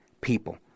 people